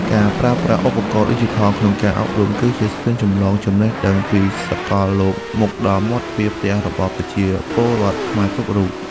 ការប្រើប្រាស់ឧបករណ៍ឌីជីថលក្នុងការអប់រំ គឺជាស្ពានចម្លងចំណេះដឹងពីសកលលោកមកដល់មាត់ទ្វារផ្ទះរបស់ប្រជាពលរដ្ឋខ្មែរគ្រប់រូប។